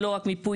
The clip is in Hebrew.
זה לא רק מיפוי,